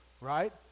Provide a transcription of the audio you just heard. right